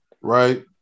Right